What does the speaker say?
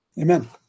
Amen